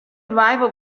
driver